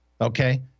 Okay